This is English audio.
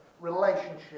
relationship